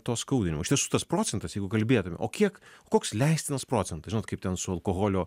to skaudinimo iš tiesų tas procentas jeigu kalbėtume o kiek koks leistinas procentas žinot kaip ten su alkoholio